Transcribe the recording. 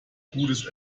gutes